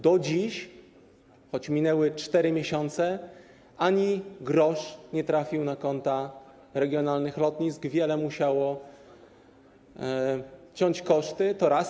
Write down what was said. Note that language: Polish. Do dziś, choć minęły 4 miesiące, grosz nie trafił na konta regionalnych lotnisk, wiele z nich musiało ciąć koszty, to raz.